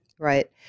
Right